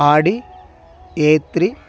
Audi a three